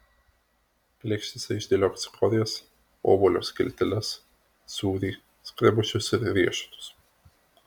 lėkštėse išdėliok cikorijas obuolio skilteles sūrį skrebučius ir riešutus